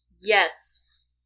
Yes